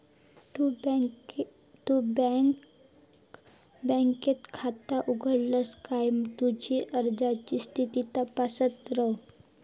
तु बँकेत खाता उघडलस काय तुझी अर्जाची स्थिती तपासत रव